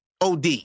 OD